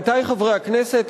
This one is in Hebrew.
עמיתי חברי הכנסת,